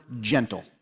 gentle